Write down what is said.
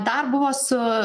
dar buvo su